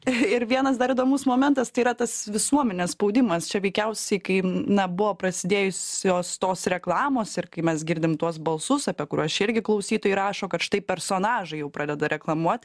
ir vienas dar įdomus momentas tai yra tas visuomenės spaudimas čia veikiausiai kai na buvo prasidėjusios tos reklamos ir kai mes girdim tuos balsus apie kuriuos čia irgi klausytojai rašo kad štai personažai jau pradeda reklamuot